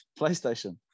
PlayStation